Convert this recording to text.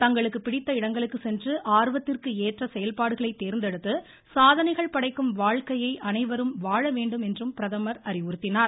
தங்களுக்கு பிடித்த இடங்களுக்கு சென்று ஆர்வத்திற்கு ஏற்ற செயல்பாடுகளை தேர்ந்தெடுத்து சாதனைகள் படைக்கும் வாழ்க்கையை அனைவரும் வாழ வேண்டும் என்றும் பிரதமர் அறிவுறுத்தினார்